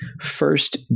first